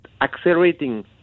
accelerating